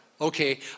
Okay